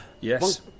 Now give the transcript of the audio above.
Yes